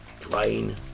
Drain